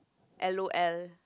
L_O_L